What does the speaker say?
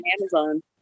Amazon